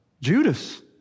Judas